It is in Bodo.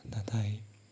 नाथाय